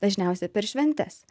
dažniausiai per šventes